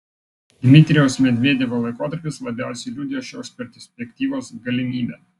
dmitrijaus medvedevo laikotarpis labiausiai liudijo šios perspektyvos galimybę